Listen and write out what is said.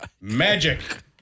Magic